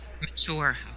Mature